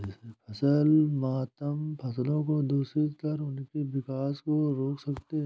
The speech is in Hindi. फसल मातम फसलों को दूषित कर उनके विकास को रोक सकते हैं